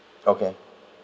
okay